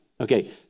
Okay